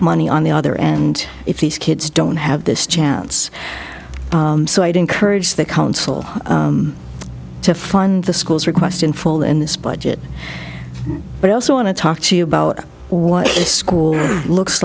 money on the other and if these kids don't have this chance so i'd encourage the council to fund the school's request in full in this budget but i also want to talk to you about what school looks